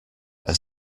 are